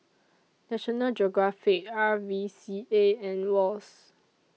National Geographic R V C A and Wall's